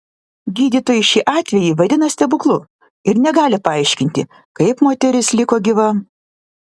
gydytojai šį atvejį vadina stebuklu ir negali paaiškinti kaip moteris liko gyva